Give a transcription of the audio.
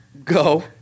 Go